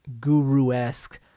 guru-esque